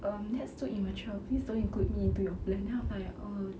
um that's too immature please don't include me into your plan then I'm like oh